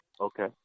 Okay